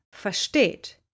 versteht